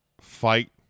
fight